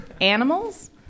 animals